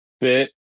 fit